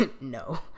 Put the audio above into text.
No